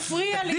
תגדיר.